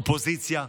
אופוזיציה,